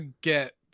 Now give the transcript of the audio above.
get